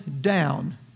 down